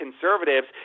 conservatives